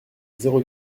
zéro